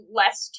less